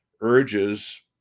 urges